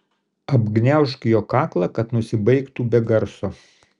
apgniaužk jo kaklą kad nusibaigtų be garso